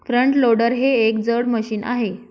front loader हे एक जड मशीन आहे